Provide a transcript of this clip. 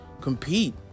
compete